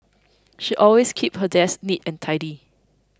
she always keeps her desk neat and tidy